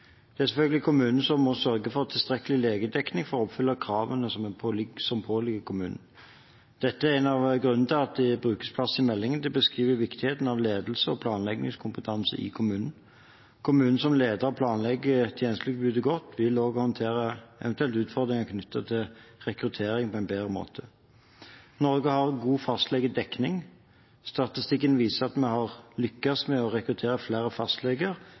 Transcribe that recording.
Det er selvfølgelig kommunene som må sørge for tilstrekkelig legedekning for å oppfylle kravene som påligger kommunen. Dette er en av grunnene til at det brukes plass i meldingen til å beskrive viktigheten av ledelse og planleggingskompetanse i kommunen. Kommuner som leder og planlegger tjenestetilbudet godt, vil håndtere eventuelle utfordringer knyttet til rekruttering på en bedre måte. Norge har god fastlegedekning. Statistikken viser at vi har lyktes med å rekruttere flere fastleger